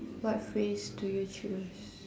what phrase do you choose